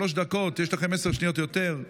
שלוש דקות, יש לכם 10 שניות יותר,